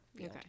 okay